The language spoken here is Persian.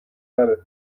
تره